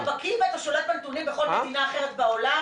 אתה בקי ואתה שולט בנתונים בכל מדינה אחרת בעולם?